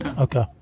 Okay